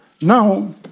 Now